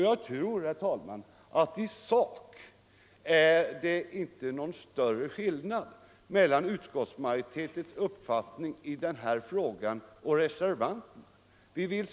Jag tror, herr talman, att det i sak inte är någon större skillnad mellan utskottsmajoritetens och reservanternas uppfattning i denna fråga.